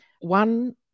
One